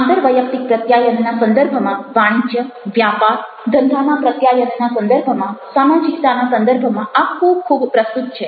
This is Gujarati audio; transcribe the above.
આંતરવૈયક્તિક પ્રત્યાયનના સંદર્ભમાં વાણિજ્ય વ્યાપાર ધંધાના પ્રત્યાયનના સંદર્ભમાં સામાજિકતાના સંદર્ભમાં આ ખૂબ ખૂબ પ્રસ્તુત છે